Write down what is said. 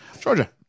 Georgia